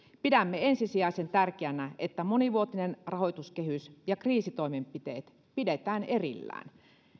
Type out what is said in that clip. pidämme ensisijaisen tärkeänä että monivuotinen rahoituskehys ja kriisitoimenpiteet pidetään erillään